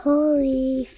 Holy